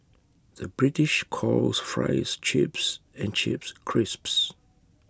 the British calls Fries Chips and Chips Crisps